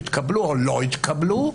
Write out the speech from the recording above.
שהתקבלו או לא התקבלו,